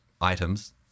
items